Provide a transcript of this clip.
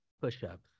push-up